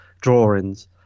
drawings